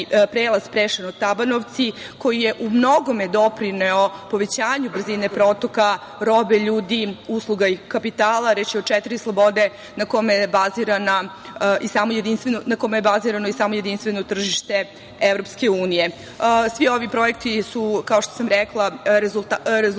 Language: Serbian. prelaz Preševo – Tabanovci, koji je u mnogome doprineo povećanju brzine protoka robe, ljudi, usluga i kapitala. Reč je o četiri slobode na kome je bazirano i samo jedinstveno tržište EU.Svi ovi projekti su, kao što sam rekla, rezultati